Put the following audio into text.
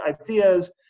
ideas